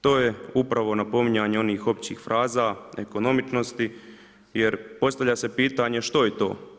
To je upravo napominjanje onih općih fraza ekonomičnosti jer postavlja se pitanje što je to?